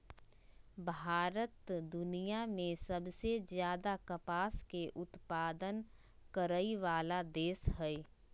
भारत दुनिया में सबसे ज्यादे कपास के उत्पादन करय वला देश हइ